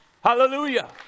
hallelujah